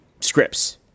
scripts